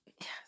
Yes